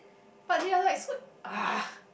but they are like so ugh